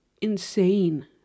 insane